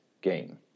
game